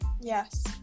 yes